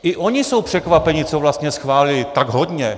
I oni jsou překvapeni, co vlastně schválili, tak hodně.